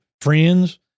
friends